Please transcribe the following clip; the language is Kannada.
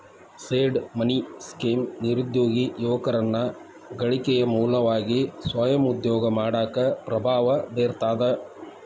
ಸೇಡ್ ಮನಿ ಸ್ಕೇಮ್ ನಿರುದ್ಯೋಗಿ ಯುವಕರನ್ನ ಗಳಿಕೆಯ ಮೂಲವಾಗಿ ಸ್ವಯಂ ಉದ್ಯೋಗ ಮಾಡಾಕ ಪ್ರಭಾವ ಬೇರ್ತದ